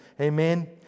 Amen